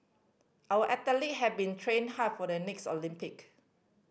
our athlete have been train hard for the next Olympic